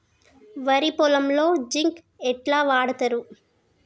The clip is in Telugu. వరి పొలంలో జింక్ ఎట్లా వాడుతరు?